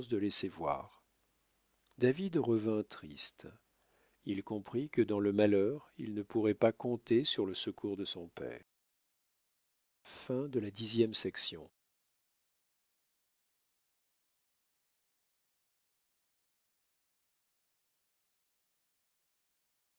de laisser voir david revint triste il comprit que dans le malheur il ne pourrait pas compter sur le secours de son père